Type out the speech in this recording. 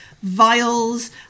Vials